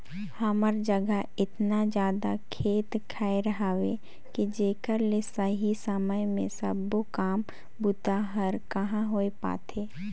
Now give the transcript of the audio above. हमर जघा एतना जादा खेत खायर हवे कि जेकर ले सही समय मे सबो काम बूता हर कहाँ होए पाथे